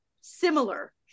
similar